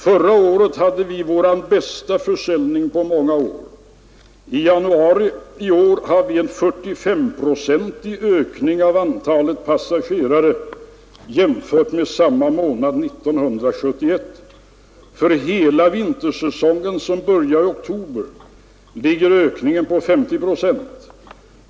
Förra året hade vi vår bästa försäljning på många år. I januari i år har vi en 4S-procentig ökning av antalet passagerare jämfört med samma månad 1971. För hela vintersäsongen, som började i oktober, ligger ökningen på 50 procent.